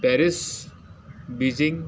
Paris Beijing